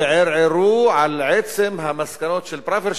וערערו על עצם המסקנות של פראוור,